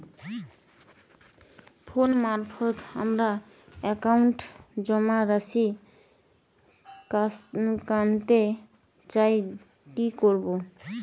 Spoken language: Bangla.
ফোন মারফত আমার একাউন্টে জমা রাশি কান্তে চাই কি করবো?